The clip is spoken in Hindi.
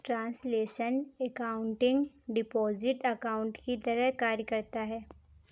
ट्रांसलेशनल एकाउंटिंग डिपॉजिट अकाउंट की तरह कार्य करता है